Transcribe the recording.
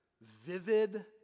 vivid